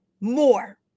more